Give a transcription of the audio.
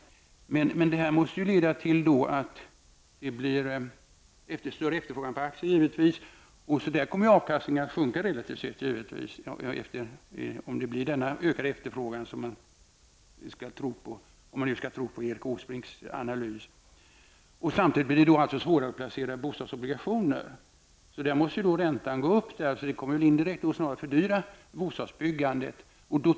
Men detta måste ju leda till att det blir större efterfrågan på aktier, och i så fall kommer givetvis avkastningen relativt sätt att sjunka -- om man nu skall tro på Erik Åsbrinks analys. Samtidigt blir det då svårare att placera bostadsobligationer. Där måste räntan gå upp, och det kommer indirekt att snarare fördyra bostadsbyggandet.